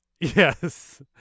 yes